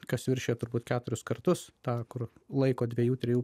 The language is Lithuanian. kas viršija turbūt keturis kartus tą kur laiko dviejų trijų